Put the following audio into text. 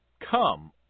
Come